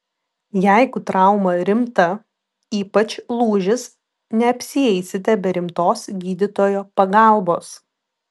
jeigu trauma rimta ypač lūžis neapsieisite be rimtos gydytojo pagalbos